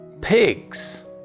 pigs